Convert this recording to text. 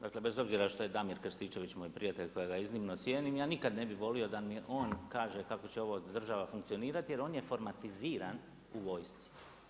Dakle, bez obzira što je Damir Krstičević moj prijatelj kojega ja iznimno cijenim, ja nikad ne bih volio da mi on kaže kako će ova država funkcionirati, jer on je formatiziran u vojsci.